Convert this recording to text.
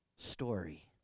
story